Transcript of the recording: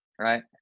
Right